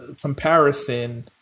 comparison